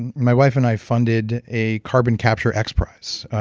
and my wife and i funded a carbon capture x prize,